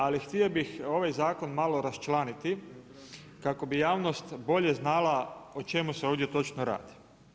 Ali htio bih ovaj zakon malo raščlaniti kako bi javnost bolje znala o čemu se ovdje točno radi.